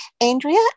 Andrea